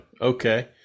Okay